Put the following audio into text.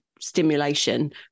Stimulation